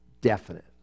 definite